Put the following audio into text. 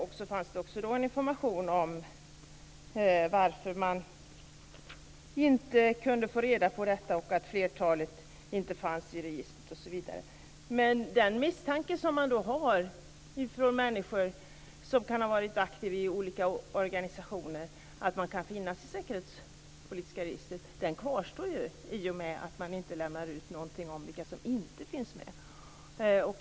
Det fanns också en information om varför man inte kunde få reda på detta och att flertalet inte fanns i registret osv. Men den misstanke som människor som har varit aktiva i olika organisationer har om att de kan finnas i Säkerhetspolisens register kvarstår i och med att man inte lämnar ut någon uppgift om vilka som inte finns med.